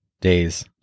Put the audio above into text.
days